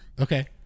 Okay